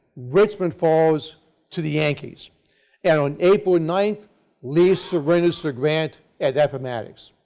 richmond falls to the yankees and on april nine lee surrenders to grant at appomattox.